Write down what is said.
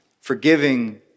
Forgiving